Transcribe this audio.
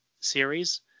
series